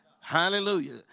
Hallelujah